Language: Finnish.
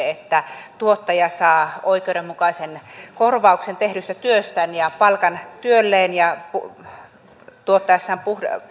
että tuottaja saa oikeudenmukaisen korvauksen tehdystä työstään ja palkan työlleen tuottaessaan